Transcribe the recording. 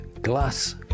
Glass